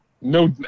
No